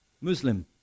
Muslim